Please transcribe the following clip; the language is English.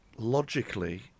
Logically